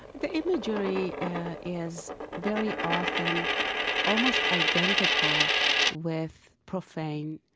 the imagery is very often almost identical with profane,